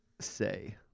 say